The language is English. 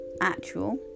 actual